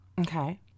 Okay